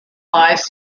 lies